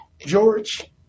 George